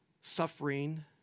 suffering